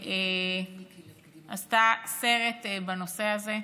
שעשתה סרט בנושא הזה.